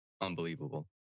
unbelievable